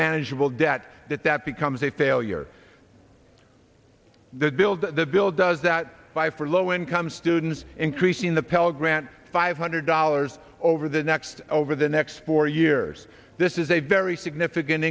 manageable debt that that becomes a failure that builds the bill does that by for low income students increasing the pell grant five hundred dollars over the next over the next four years this is a very significant